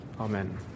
Amen